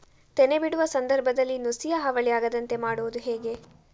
ತೆನೆ ಬಿಡುವ ಸಂದರ್ಭದಲ್ಲಿ ನುಸಿಯ ಹಾವಳಿ ಆಗದಂತೆ ಮಾಡುವುದು ಹೇಗೆ?